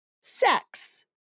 Sex